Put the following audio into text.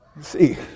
See